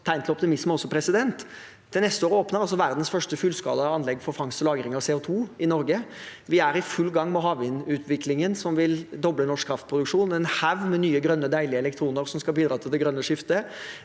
grunn til optimisme. Til neste år åpner verdens første fullskala anlegg for fangst og lagring av CO2 i Norge. Vi er i full gang med havvindutviklingen, som vil doble norsk kraftproduksjon. Det er en haug med nye, grønne, deilige elektroner som skal bidra til det grønne skiftet.